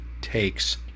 takes